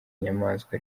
nyamaswa